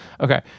okay